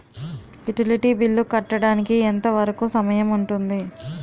Utility bill కట్టడానికి ఎంత వరుకు సమయం ఉంటుంది?